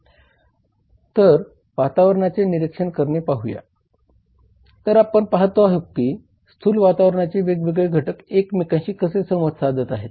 तर स्थूल वातावरणाचे निरीक्षण करणे पाहूया तर आपण पाहत आहोत की स्थूल वातावरणाचे वेगवेगेळे घटक एकमेकांशी कसे संवाद साधत आहेत